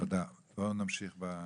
תודה, בואי נמשיך במצגת.